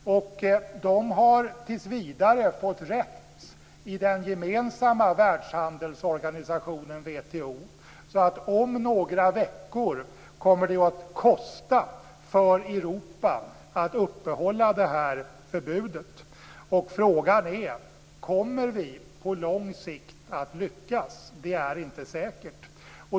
De har tills vidare fått rätt i den gemensamma världshandelsorganisationen, WTO. Om några veckor kommer det att kosta för Europa att upprätthålla förbudet. Frågan är om vi på lång sikt kommer att lyckas. Det är inte säkert.